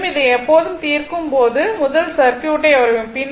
எனவே இதை எப்போது தீர்க்கும் போது முதலில் சர்க்யூட்டை வரையவும்